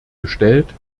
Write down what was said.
gestellt